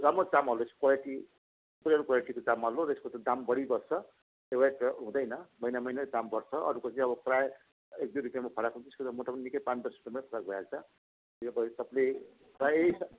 राम्रो चामल हो यसको क्वालिटी पुरानो क्वालिटीको चामल हो र यसको त दाम बढिबस्छ एउटा त हुँदैन महिना महिना दाम बढ्छ अरूको चाहिँ अब प्रायः एक दुई रुप्पेमा फरक हुन्छ यसको त मोटामोटी पाँच दस रुप्पेमा फरक भइहाल्छ यो पालि सबले प्रायः